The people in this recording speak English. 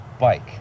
bike